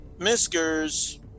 Miskers